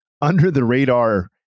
under-the-radar